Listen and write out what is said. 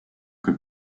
que